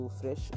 fresh